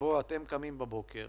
שבו אתם קמים בבוקר,